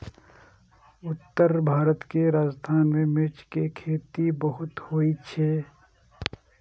उत्तर भारत के राजस्थान मे मिर्च के खेती बहुत होइ छै